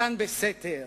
מתן בסתר,